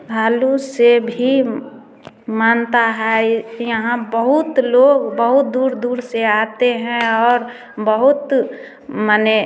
धालु से भी मान्यता है यहाँ बहुत लोग बहुत दूर दूर से आते हैं और बहुत मने